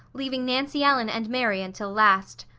leaving nancy ellen and mary until last.